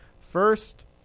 First